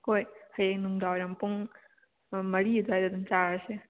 ꯍꯣꯏ ꯍꯌꯦꯡ ꯅꯨꯡꯗꯥꯏꯔꯝ ꯄꯨꯡ ꯃꯔꯤ ꯑꯗꯨꯋꯥꯏꯗ ꯑꯗꯨꯝ ꯆꯥꯔꯁꯦ